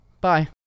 Bye